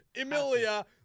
Emilia